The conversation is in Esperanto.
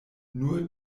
nur